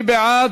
מי בעד?